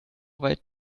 weit